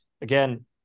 Again